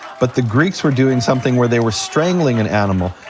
but the greeks were doing something where they were strangling an animal.